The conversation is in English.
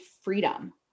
freedom